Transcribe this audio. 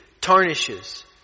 tarnishes